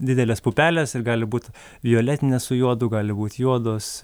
didelės pupelės ir gali būt violetine su juodu gali būti juodos